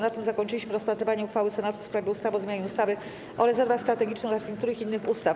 Na tym zakończyliśmy rozpatrywanie uchwały Senatu w sprawie ustawy o zmianie ustawy o rezerwach strategicznych oraz niektórych innych ustaw.